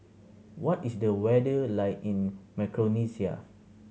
what is the weather like in Micronesia